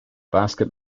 basket